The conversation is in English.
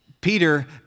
Peter